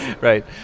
Right